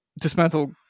dismantle